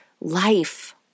life